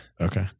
Okay